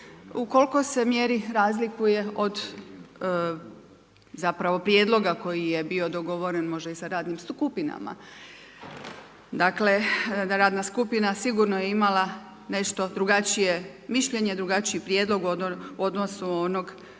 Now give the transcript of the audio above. kolikoj mjeri se razlikuje od zapravo prijedloga koji je bio dogovoren možda i sa radnim skupinama. Dakle, da radna skupina sigurno je imala nešto drugačije mišljenje, drugačiji prijedlog u odnosu na onog